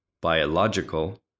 biological